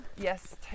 Yes